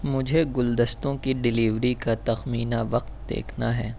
مجھے گلدستوں کی ڈیلیوری کا تخمینہ وقت دیکھنا ہے